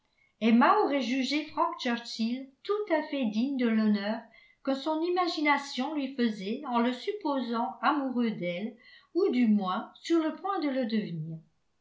emma aurait jugé frank churchill tout à fait digne de l'honneur que son imagination lui faisait en le supposant amoureux d'elle ou du moins sur le point de le devenir